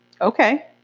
Okay